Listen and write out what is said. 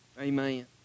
Amen